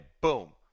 boom